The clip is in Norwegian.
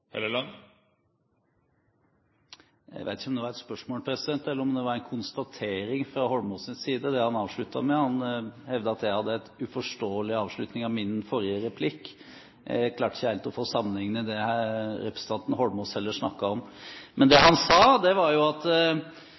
Jeg vet ikke om det var et spørsmål, eller om det var en konstatering fra Holmås’ side, det han avsluttet med. Han hevdet at jeg hadde en uforståelig avslutning av mitt forrige replikksvar. Jeg klarte heller ikke helt å få sammenhengen i det representanten Holmås snakket om. Men det han sa, var jo at